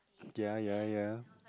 ya ya ya